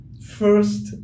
first